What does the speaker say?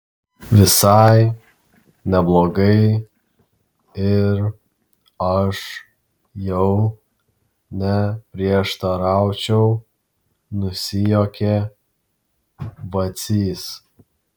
visai neblogai ir aš jau neprieštaraučiau nusijuokė vacys